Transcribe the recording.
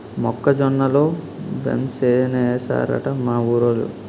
మొక్క జొన్న లో బెంసేనేశారట మా ఊరోలు